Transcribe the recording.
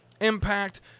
Impact